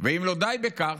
ואם לא די בכך,